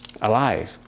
alive